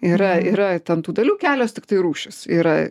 yra yra ten tų dalių kelios tiktai rūšys yra